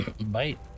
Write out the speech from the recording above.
Bite